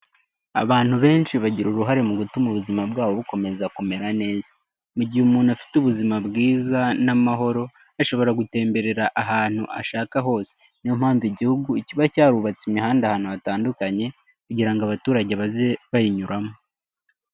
Abantu benshi bagira uruhare mu gutuma ubuzima bwabo bukomeza kumera neza, mu gihe umuntu afite ubuzima bwiza n'amahoro ashobora gutemberera ahantu ashaka hose, niyo mpamvu igihugu kiba cyarubatse imihanda ahantu hatandukanye kugira ngo abaturage baze bayinyuramo.